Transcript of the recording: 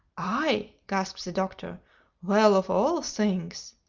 i! gasped the doctor well, of all things!